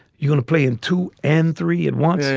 you gonna play in two and three at once.